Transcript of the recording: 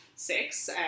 six